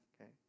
okay